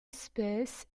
espèce